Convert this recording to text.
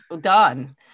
done